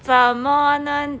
怎么能